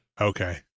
Okay